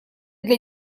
для